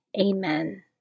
Amen